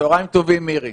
צוהריים טובים, מירי.